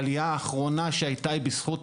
העלייה האחרונה שהיתה היא בזכות